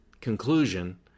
conclusion